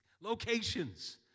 locations